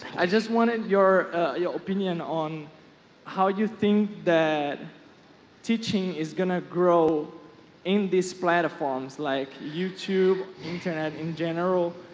i just wanted your your opinion on how you think that teaching is going to grow in these platforms like youtube, internet in general.